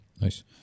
nice